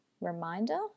reminder